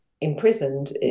imprisoned